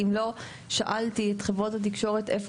אם לא שאלתי את חברות התקשורת איפה